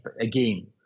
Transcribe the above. again